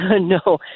No